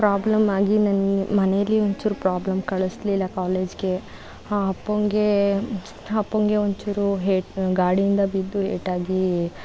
problem ಆಗಿ ನನ್ನ ಮನೇಲಿ ಒಂಚೂರು ಪ್ರಾಬ್ಲಮ್ ಕಳಿಸ್ಲಿಲ್ಲ ಕಾಲೇಜಿಗೆ ಹಾಂ ಅಪ್ಪನಿಗೆ ಅಪ್ಪನಿಗೆ ಒಂಚೂರು ಏಟ್ ಗಾಡಿಯಿಂದ ಬಿದ್ದು ಏಟಾಗಿ